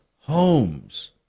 homes